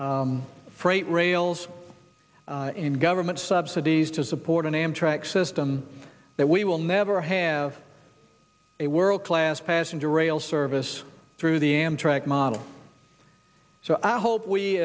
using freight rails and government subsidies to support an amtrak system that we will never have a world class passenger rail service through the amtrak model so i hope we